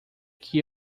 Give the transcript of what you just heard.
que